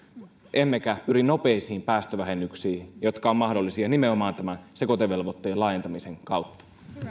emmekä pyri nopeisiin päästövähennyksiin jotka ovat mahdollisia nimenomaan tämän sekoitevelvoitteen laajentamisen kautta